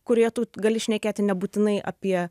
kurioje tu gali šnekėti nebūtinai apie